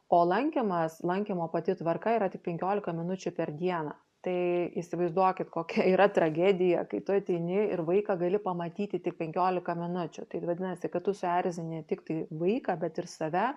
o lankymas lankymo pati tvarka yra tik penkiolika minučių per dieną tai įsivaizduokit kokia yra tragedija kai tu ateini ir vaiką gali pamatyti tik penkiolika minučių tai vadinasi kad tu susierzini tiktai vaiką bet ir save